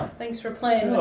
thanks for playin'